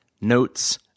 notes